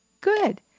Good